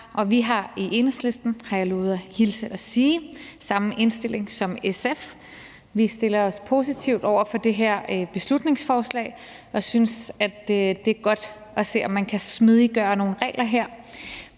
indstilling som SF, har jeg lovet at hilse og sige. Vi stiller os positivt over for det her beslutningsforslag og synes, at det er godt at se på, om man kan smidiggøre nogle regler her.